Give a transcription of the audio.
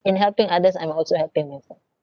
in helping others I'm also helping myself